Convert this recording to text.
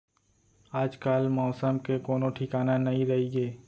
आजकाल मौसम के कोनों ठिकाना नइ रइगे